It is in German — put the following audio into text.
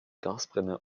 gasbrenner